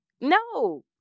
No